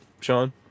Sean